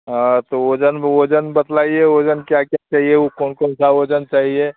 हाँ तो वजन वजन बतलाइए वजन क्या क्या चाहिए वो कौन कौन सा वजन चाहिए